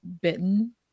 bitten